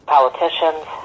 politicians